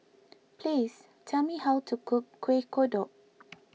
please tell me how to cook Kuih Kodok